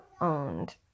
owned